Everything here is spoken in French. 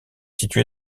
située